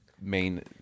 main